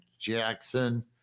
jackson